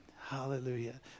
Hallelujah